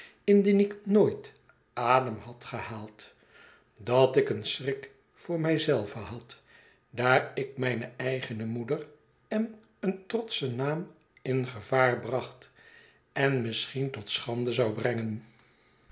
indien ik nooit adem had gehaald dat ik een schrik voor mij zelve had daar ik mijne eigene moeder en een trotschen naam in gevaar bracht en misschien tot schande zou brengen